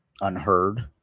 unheard